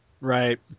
Right